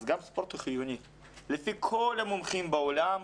אז גם ספורט הוא חיוני לפי כל המומחים בעולם,